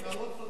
אתה לא צודק.